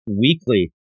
weekly